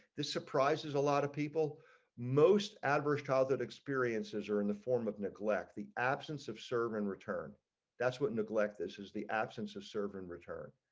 the surprises a lot of people most adverse childhood experiences or in the form of neglect. the absence of serve and return that's what neglect this is the absence of serve and return.